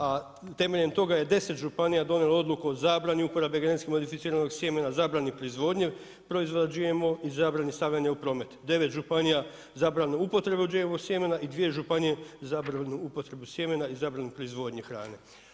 A temeljem toga je 10 županija donijelo odluku o zabrani uporabe genetski modificiranog sjemena, zabrani proizvodnje proizvoda GMO i zabrani stavljanja u promet, 9 županija zabranu upotrebe GMO sjemena i dvije županije zabranu upotrebe sjemena i zabranu proizvodnje hrane.